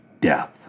death